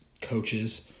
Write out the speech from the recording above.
coaches